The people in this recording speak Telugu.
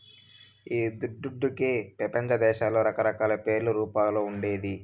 ఈ దుడ్డుకే పెపంచదేశాల్ల రకరకాల పేర్లు, రూపాలు ఉండేది